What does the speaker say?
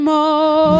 More